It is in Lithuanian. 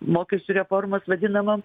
mokesčių reformos vadinamam